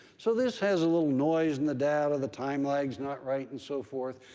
so this has a little noise in the data, the time lag's not right and so forth.